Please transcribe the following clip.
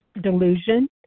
delusion